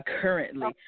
currently